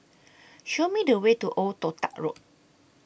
Show Me The Way to Old Toh Tuck Road